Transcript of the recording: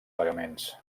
pagaments